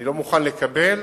אני לא מוכן לקבל,